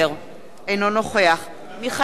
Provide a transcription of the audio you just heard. אינו נוכח מיכאל בן-ארי,